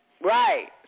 Right